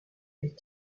est